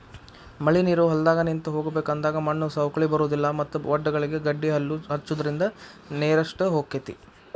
ಮಳಿನೇರು ಹೊಲದಾಗ ನಿಂತ ಹೋಗಬೇಕ ಅಂದಾಗ ಮಣ್ಣು ಸೌಕ್ಳಿ ಬರುದಿಲ್ಲಾ ಮತ್ತ ವಡ್ಡಗಳಿಗೆ ಗಡ್ಡಿಹಲ್ಲು ಹಚ್ಚುದ್ರಿಂದ ನೇರಷ್ಟ ಹೊಕೈತಿ